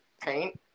Paint